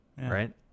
Right